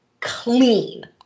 clean